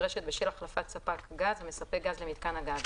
הנדרשת בשל החלפת ספק הגז המספק גז למיתקן הגז,